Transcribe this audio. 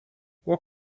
what